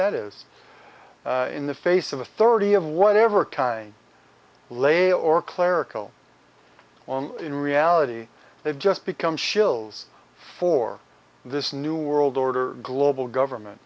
that is in the face of authority of whatever kind lay or clerical on in reality they've just become shills for this new world order global government